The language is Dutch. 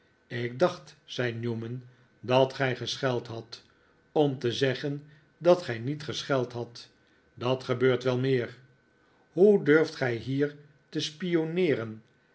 ik dacht zei newman dat gij gescheld hadt om te zeggen dat gij niet gescheld hadt dat gebeurt wel meer hoe durft gij hier te spionneeren